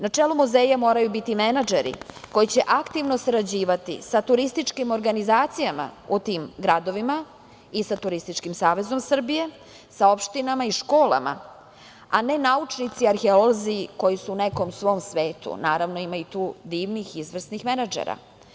Na čelu muzeja moraju biti menadžeri koji će aktivno sarađivati sa turističkim organizacijama u tim gradovima i sa Turističkim savezom Srbije, sa opštinama i školama, a ne naučnici, arheolozi koji su u nekom svom svetu, naravno ima i tu divnih, izvrsnih menadžera.